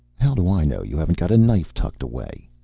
how do i know you haven't got a knife tucked away?